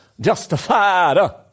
Justified